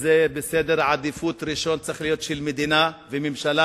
שצריכה להיות במקום ראשון בסדר העדיפויות של מדינה וממשלה,